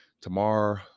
tomorrow